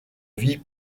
vie